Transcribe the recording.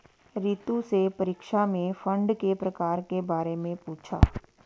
रितु से परीक्षा में फंड के प्रकार के बारे में पूछा